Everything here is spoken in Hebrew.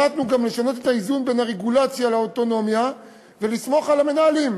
החלטנו גם לשנות את האיזון בין הרגולציה לאוטונומיה ולסמוך על המנהלים,